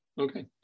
Okay